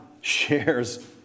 shares